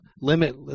limit